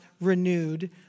renewed